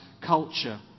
culture